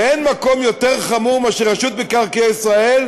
ואין מקום יותר חמור מאשר רשות מקרקעי ישראל,